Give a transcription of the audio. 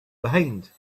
behind